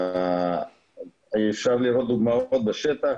אפשר לראות דוגמאות בשטח.